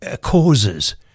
causes